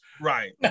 right